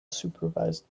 supervised